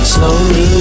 Slowly